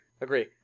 agree